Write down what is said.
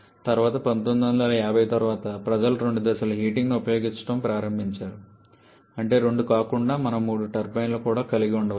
తర్వాత 1950ల తర్వాత ప్రజలు రెండు దశల రీహీటింగ్ను ఉపయోగించడం ప్రారంభించారు అంటే రెండు కాకుండా మనం మూడు టర్బైన్లను కూడా కలిగి ఉండవచ్చు